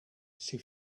she